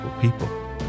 people